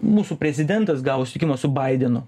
mūsų prezidentas gavo susitikimą su baidenu